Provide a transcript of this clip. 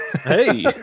Hey